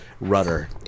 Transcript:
rudder